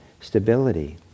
stability